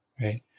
right